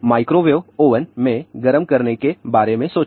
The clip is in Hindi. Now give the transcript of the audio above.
माइक्रोवेव ओवन में गर्म करने के बारे में सोचें